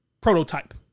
prototype